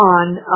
on